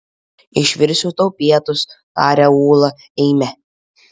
išvirsiu tau pietus taria ūla eime